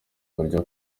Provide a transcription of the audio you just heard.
barya